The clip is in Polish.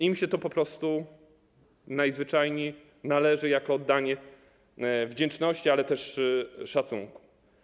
Im się to po prostu najzwyczajniej należy jako wyraz wdzięczności, ale też szacunku.